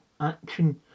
action